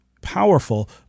powerful